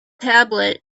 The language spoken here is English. tablet